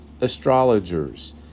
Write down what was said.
astrologers